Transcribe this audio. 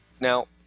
Now